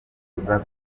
bifuza